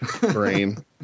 brain